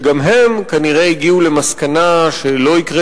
וגם הם כנראה הגיעו למסקנה שלא יקרה